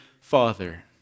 father